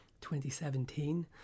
2017